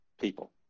people